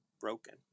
broken